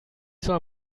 soll